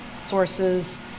sources